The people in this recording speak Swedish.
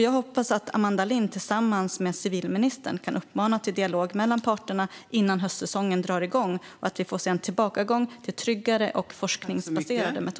Jag hoppas att Amanda Lind tillsammans med civilministern kan uppmana till dialog mellan parterna innan höstsäsongen drar igång, och att vi får se en tillbakagång till tryggare och forskningsbaserade metoder.